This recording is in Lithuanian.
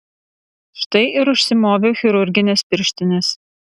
štai ir užsimoviau chirurgines pirštines